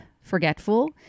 forgetful